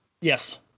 Yes